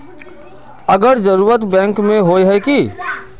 अगर जरूरत बैंक में होय है की?